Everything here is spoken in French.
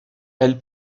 elle